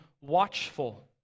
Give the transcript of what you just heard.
watchful